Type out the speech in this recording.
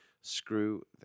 Screw